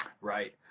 Right